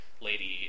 Lady